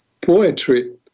poetry